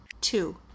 two